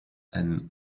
and